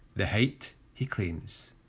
the height he claims.